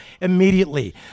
immediately